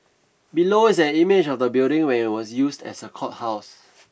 below is an image of the building when it was used as a courthouse